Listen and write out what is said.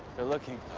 they're looking.